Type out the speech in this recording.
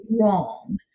wrong